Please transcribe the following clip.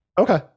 Okay